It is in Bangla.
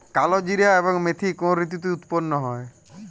কালোজিরা এবং মেথি কোন ঋতুতে উৎপন্ন হয়?